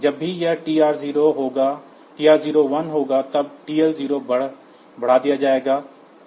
जब भी यह TR0 1 होगा तब TL0 बढ़ा दिया जाएगा